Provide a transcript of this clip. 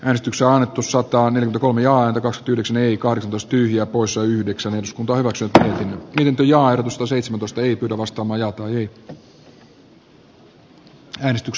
äänestys osoittaa nyt oli aika tyly se ei kartustyy ja puossa yhdeksäns kun panokset ja arkisto seitsemäntoista ei pidä arvoisa puhemies